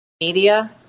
media